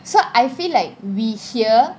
so I feel like we hear